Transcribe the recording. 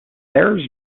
there